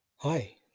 Hi